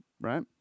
right